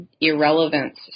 irrelevance